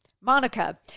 Monica